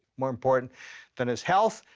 more important than his health,